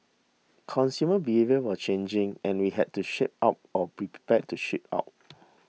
consumer behaviour was changing and we had to shape up or be prepared to ship out